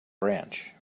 branch